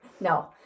No